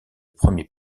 premier